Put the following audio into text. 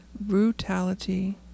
brutality